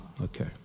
okay